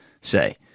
say